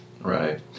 Right